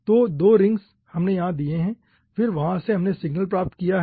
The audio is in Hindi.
तो 2 रिंग्स हमे यहा दिए हैं फिर वहां से हमने सिग्नल प्राप्त किया है